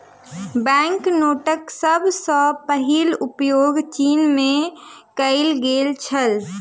bank नोटक सभ सॅ पहिल उपयोग चीन में कएल गेल छल